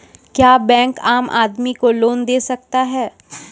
क्या बैंक आम आदमी को लोन दे सकता हैं?